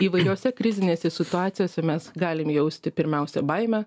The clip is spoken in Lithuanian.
įvairiose krizinėse situacijose mes galim jausti pirmiausia baimę